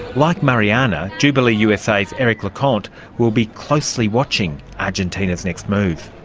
like mariana, jubilee usa's eric lecompte will be closely watching argentina's next move.